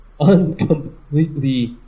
uncompletely